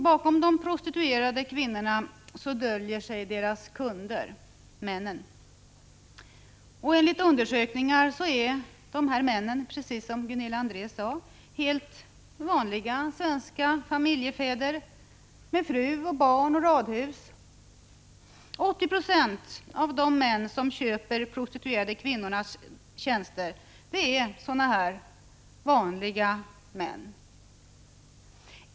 Bakom de prostituerade kvinnorna döljer sig deras kunder, männen. Enligt undersökningar är dessa män, precis som Gunilla André sade, helt vanliga svenska familjefäder med fru och barn och radhus. 80 26 av de män som köper de prostituerade kvinnornas tjänster är sådana ”vanliga” män.